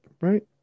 right